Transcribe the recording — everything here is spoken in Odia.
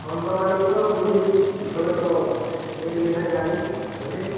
ଖଣ୍ଡବାକ୍ୟ ରୂଢ଼ି ବୋଲେ ତ ମୁଁ ଟିକେ ନାଇଁ ଜାନି ସେତେ